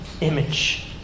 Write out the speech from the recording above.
image